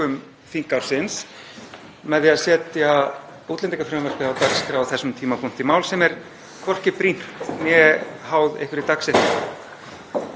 lokum þingársins með því að setja útlendingafrumvarpið á dagskrá á þessum tímapunkti, mál sem er hvorki brýnt né háð einhverri dagsetningu.